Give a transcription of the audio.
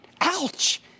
Ouch